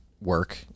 work